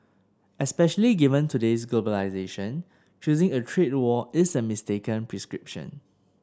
especially given today's globalisation choosing a trade war is a mistaken prescription